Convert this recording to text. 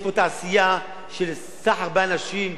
יש פה תעשייה של סחר באנשים,